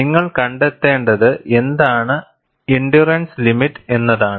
നിങ്ങൾ കണ്ടെത്തേണ്ടത് എന്താണ് എൻഡ്യൂറൻസ് ലിമിറ്റ് എന്നതാണ്